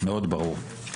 מאוד ברור,